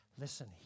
Listen